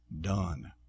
done